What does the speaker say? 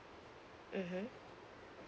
mmhmm